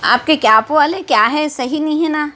آپ کی کیب والے کیا ہیں صحیح نہیں ہیں نا